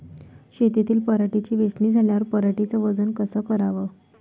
शेतातील पराटीची वेचनी झाल्यावर पराटीचं वजन कस कराव?